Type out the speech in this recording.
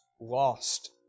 lost